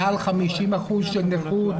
התכוונתי לאחוזי נכות.